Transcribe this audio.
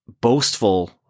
boastful